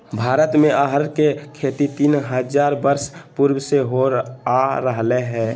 भारत में अरहर के खेती तीन हजार वर्ष पूर्व से होल आ रहले हइ